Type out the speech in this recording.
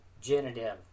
genitive